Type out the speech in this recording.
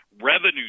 revenue